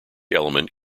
element